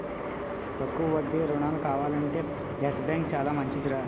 తక్కువ వడ్డీ రుణాలు కావాలంటే యెస్ బాంకు చాలా మంచిదిరా